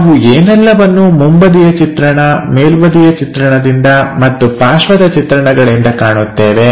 ನಾವು ಏನೆಲ್ಲವನ್ನೂ ಮುಂಬದಿಯ ಚಿತ್ರಣ ಮೇಲ್ಬದಿಯ ಚಿತ್ರಣದಿಂದ ಮತ್ತು ಪಾರ್ಶ್ವದ ಚಿತ್ರಣಗಳಿಂದ ಕಾಣುತ್ತೇವೆ